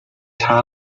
审查